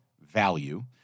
value